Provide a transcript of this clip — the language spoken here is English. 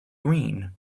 green